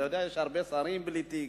יש הרבה שרים בלי תיק,